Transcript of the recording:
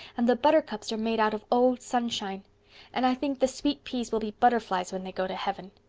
and the buttercups are made out of old sunshine and i think the sweet peas will be butterflies when they go to heaven.